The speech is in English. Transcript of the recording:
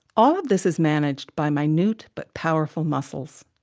all of this is managed by minute but powerful muscles.